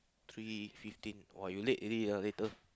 three fifteen !wah! you later already ah later